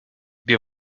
wir